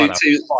Two